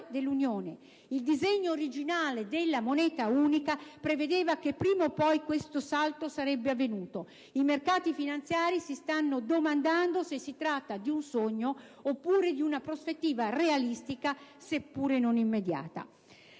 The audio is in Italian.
dell'Unione. Il disegno di legge originale della moneta unica prevedeva che, prima o poi, questo salto sarebbe avvenuto e i mercati finanziari si stanno domandando se si tratta di un sogno oppure di una prospettiva realistica seppure non immediata.